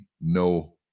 no